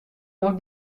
noch